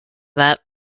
that